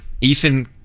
Ethan